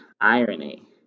irony